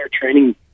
training